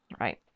right